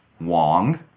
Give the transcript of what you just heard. Wong